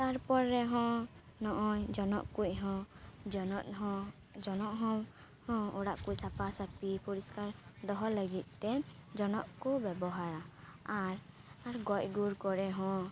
ᱛᱟᱨᱯᱚᱨ ᱨᱮᱦᱚᱸ ᱱᱚᱜᱼᱚᱭ ᱡᱚᱱᱚᱜ ᱠᱩᱡ ᱦᱚᱸ ᱡᱚᱱᱚᱜ ᱦᱚᱸ ᱡᱚᱱᱚᱜ ᱦᱚᱸ ᱦᱚᱸ ᱚᱲᱟᱜ ᱠᱚ ᱥᱟᱯᱷᱟ ᱥᱟᱹᱯᱷᱤ ᱯᱚᱨᱤᱥᱠᱟᱨ ᱫᱚᱦᱚ ᱞᱟᱹᱜᱤᱫ ᱛᱮ ᱡᱚᱱᱚᱜ ᱠᱚ ᱵᱮᱵᱚᱦᱟᱨᱟ ᱟᱨ ᱜᱚᱡ ᱜᱩᱨ ᱠᱚᱨᱮ ᱦᱚᱸ